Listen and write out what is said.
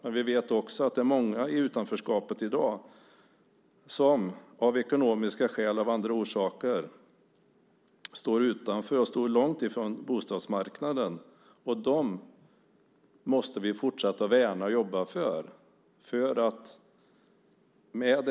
Men vi vet också att det är många i utanförskapet i dag som av ekonomiska skäl och av andra orsaker står utanför och står långt ifrån bostadsmarknaden, och dem måste vi fortsätta att värna och jobba för.